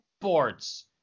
Sports